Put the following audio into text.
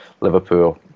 Liverpool